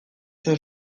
zen